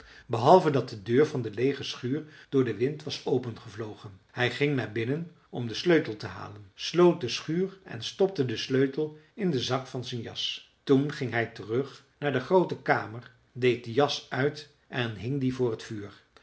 behalve dat de deur van de leege schuur door den wind was opengevlogen hij ging naar binnen om den sleutel te halen sloot de schuur en stopte den sleutel in den zak van zijn jas toen ging hij terug naar de groote kamer deed de jas uit en hing die voor het vuur